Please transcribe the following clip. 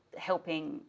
helping